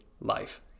Life